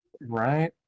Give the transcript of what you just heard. Right